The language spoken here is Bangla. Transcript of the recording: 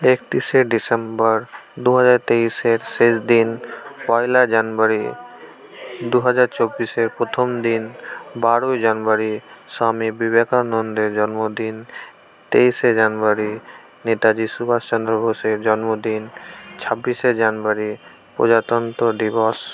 একত্রিশে ডিসেম্বর দু হাজার তেইশের শেষ দিন পয়লা জানুয়ারি দু হাজার চব্বিশের প্রথম দিন বারোই জানুয়ারি স্বামী বিবেকানন্দের জন্মদিন তেইশে জানুয়ারি নেতাজি সুভাষচন্দ্র বোসের জন্মদিন ছাব্বিশে জানুয়ারি প্রজাতন্ত্র দিবস